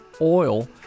oil